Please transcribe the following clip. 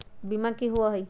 बीमा की होअ हई?